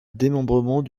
démembrement